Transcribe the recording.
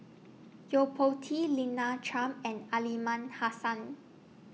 Yo Po Tee Lina Chiam and Aliman Hassan